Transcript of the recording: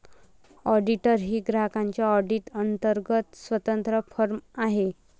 auditor ही ग्राहकांच्या audit अंतर्गत स्वतंत्र फर्म आहे